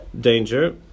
danger